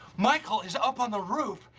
michael is up on the roof,